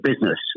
business